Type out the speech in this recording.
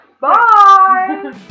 Bye